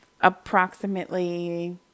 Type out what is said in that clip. approximately